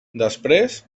després